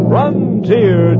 Frontier